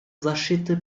защиты